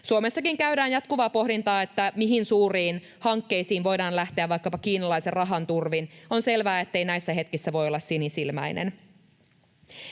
Suomessakin käydään jatkuvaa pohdintaa, että mihin suuriin hankkeisiin voidaan lähteä vaikkapa kiinalaisen rahan turvin. On selvää, ettei näissä hetkissä voi olla sinisilmäinen.